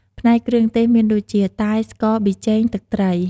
ផ្នែកគ្រឿងទេស មានដូចជា តែ ស្ករ ប៊ីចេង ទឹកត្រី។